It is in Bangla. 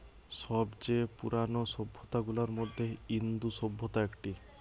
সব চেয়ে পুরানো সভ্যতা গুলার মধ্যে ইন্দু সভ্যতা একটি